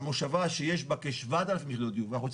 על מושבה שיש בה כ-7,000 יחידות דיור ורוצים